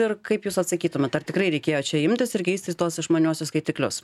ir kaip jūs atsakytumėt ar tikrai reikėjo čia imtis ir keisti tuos išmaniuosius skaitiklius